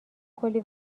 کلی